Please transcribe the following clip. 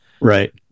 Right